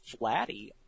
Flatty